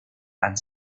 and